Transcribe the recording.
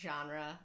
genre